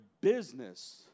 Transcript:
business